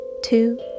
two